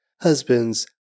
Husbands